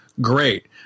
great